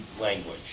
language